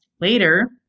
later